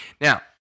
Now